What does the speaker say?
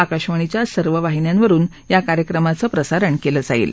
आकशवाणीच्या सर्व वाहिन्यांवरुन या कार्यक्रमाचं प्रसारण केलं जाईल